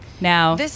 Now